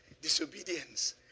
disobedience